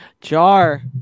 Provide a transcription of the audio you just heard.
Jar